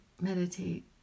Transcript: meditate